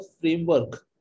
framework